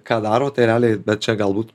ką daro tai realiai bet čia galbūt